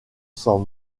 sans